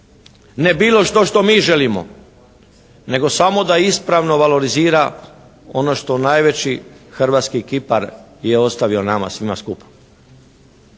ne bilo što što mi želimo, nego samo da ispravno valorizira ono što najveći hrvatski kipar je ostavio nama svima skupa.